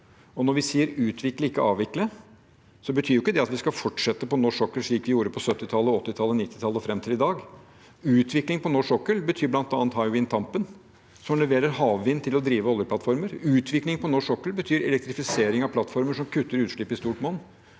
når vi sier «utvikle, ikke avvikle», betyr jo ikke det at vi skal fortsette på norsk sokkel slik vi gjorde på 1970-tallet, 1980tallet og 1990-tallet og fram til i dag. Utvikling på norsk sokkel betyr bl.a. Hywind Tampen, som leverer havvind til å drive oljeplattformer. Utvikling på norsk sokkel betyr elektrifisering av plattformer som kutter utslipp i stort monn.